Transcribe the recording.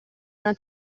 una